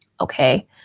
okay